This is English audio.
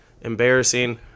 embarrassing